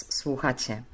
słuchacie